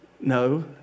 no